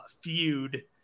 feud